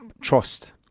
trust